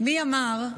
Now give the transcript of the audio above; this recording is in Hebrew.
מי אמר: